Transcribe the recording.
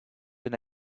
been